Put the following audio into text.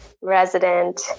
resident